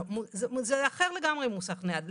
לא, זה אחר לגמרי מוסך נייד.